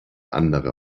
andere